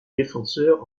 défenseur